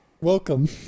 Welcome